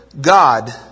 God